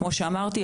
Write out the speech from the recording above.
כמו שאמרתי,